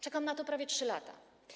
Czekam na to prawie 3 lata.